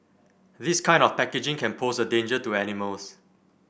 this kind of packaging can pose a danger to animals